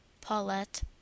paulette